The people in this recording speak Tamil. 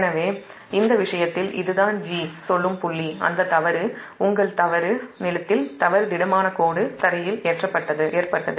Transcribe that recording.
எனவே இந்த விஷயத்தில் இதுதான் 'g' சொல்லும் புள்ளிஅந்த தவறு உங்கள் க்ரவுன்ட்ல் தவறு திடமான கோடு க்ரவுன்ட்ல் ஏற்பட்டது